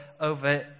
over